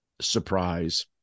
surprise